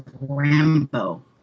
Rambo